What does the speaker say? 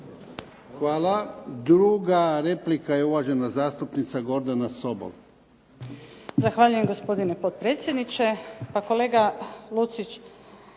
Hvala. Druga replika je uvažena zastupnica Gordana Sobol.